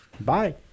Bye